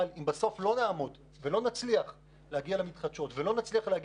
בסוף לא נצליח לעמוד ביעדים של המתחדשות ושל האגירה,